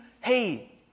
hey